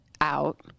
out